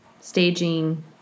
staging